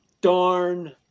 darn